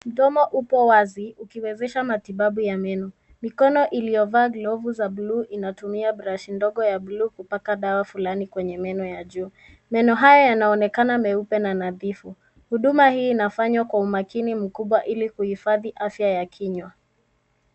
Mdomo upo wazi ukiwezesha matibabu ya meno. Mikono iliyovaa glovu za blue inatumia brashi ndogo ya blue kupaka dawa fulani kwenye meno ya juu. Meno haya yanaonekana meupe na nadhifu. Huduma hii inafanywa kwa umakini mkubwa ili kuhifadhi afya ya kinywa.